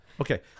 Okay